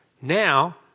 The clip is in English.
Now